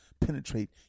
Penetrate